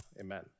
amen